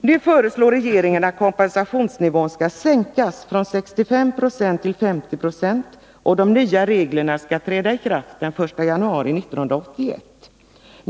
Nu föreslår regeringen att kompensationsnivån skall sänkas från 65 96 till 50 Jo. De nya reglerna skall träda i kraft den 1 januari 1981.